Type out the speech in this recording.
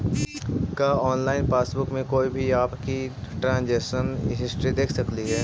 का online passbook में कोई भी आपकी ट्रांजेक्शन हिस्ट्री देख सकली हे